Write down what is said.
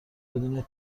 بدون